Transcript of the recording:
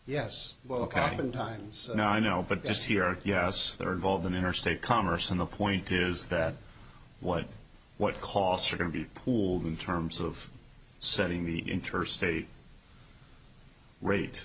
yes well common times no i know but s t r yes they're involved in interstate commerce and the point is that what what costs are going to be pooled in terms of setting the interstate rate